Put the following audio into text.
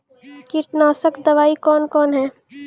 कीटनासक दवाई कौन कौन हैं?